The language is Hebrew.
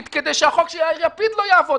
כדי שהחוק של יאיר לפיד לא יעבור.